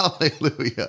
Hallelujah